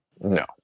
No